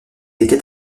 était